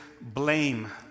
blame